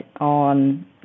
on